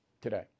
today